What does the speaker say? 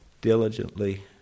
diligently